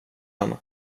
han